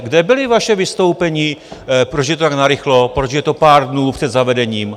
Kde byla vaše vystoupení, proč je to tak narychlo, proč je to pár dnů před zavedením?